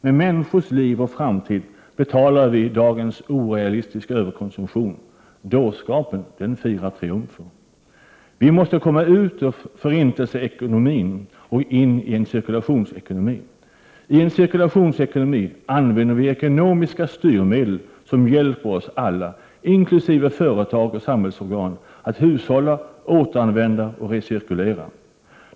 Med människors liv och framtid betalar vi dagens orealistiska överkonsumtion. Dårskapen firar triumfer! Vi måste komma ut ur förintelseekonomin och in i en cirkulationsekonomi. I en cirkulationsekonomi använder vi ekonomiska styrmedel som hjälper oss alla, inkl. företag och samhällsorgan, att hushålla, återanvända och recirkulera.